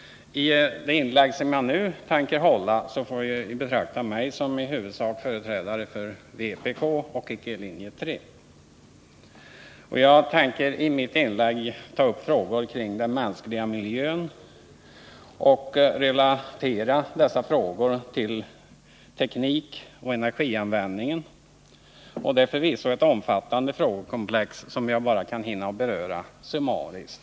I det inlägg som jag nu tänker hålla får ni betrakta mig som i huvudsak företrädare för vpk och icke för linje 3. Jag tänker i detta inlägg ta upp frågor kring den mänskliga miljön och relatera dessa frågor till teknikoch energianvändningen. Det är förvisso ett omfattande frågekomplex som jag bara hinner beröra summariskt.